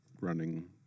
running